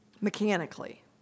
mechanically